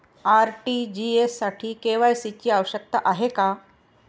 RTGS साठी KYC ची आवश्यकता आहे का?